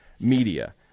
media